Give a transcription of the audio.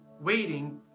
Waiting